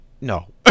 No